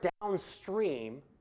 downstream